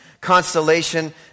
constellation